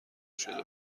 شده